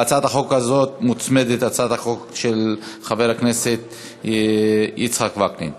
להצעת החוק הזאת מוצמדת הצעת החוק של חבר הכנסת יצחק וקנין.